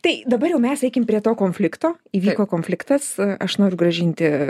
tai dabar jau mes eikim prie to konflikto įvyko konfliktas aš noriu grąžinti